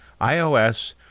iOS